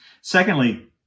Secondly